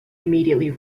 immediately